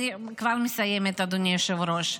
אני כבר מסיימת, אדוני היושב-ראש.